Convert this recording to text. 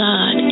God